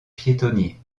piétonnier